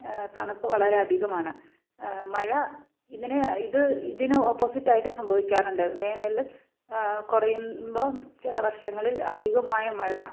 തണുപ്പ് വളരെ അധികമാണ് മഴ ഇതിനെ ഇത് ഇതിന് ഓപ്പോസിറ്റായിട്ട് സംഭവിക്കാറുണ്ട് വേനൽ കുറയുമ്പോൾ ചില വർഷങ്ങളിൽ അധികമായ മഴ